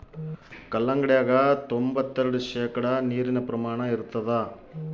ಕಲ್ಲಂಗಡ್ಯಾಗ ತೊಂಬತ್ತೆರೆಡು ಶೇಕಡಾ ನೀರಿನ ಪ್ರಮಾಣ ಇರತಾದ